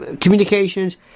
communications